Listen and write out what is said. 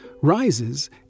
rises